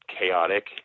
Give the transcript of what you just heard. chaotic